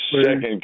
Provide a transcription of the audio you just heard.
second